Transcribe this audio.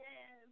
Yes